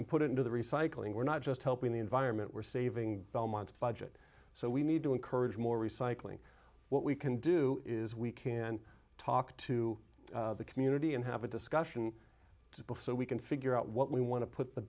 and put it into the recycling we're not just helping the environment we're saving belmont's budget so we need to encourage more recycling what we can do is we can talk to the community and have a discussion so we can figure out what we want to put the